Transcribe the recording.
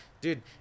dude